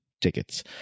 tickets